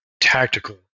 tactical